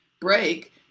break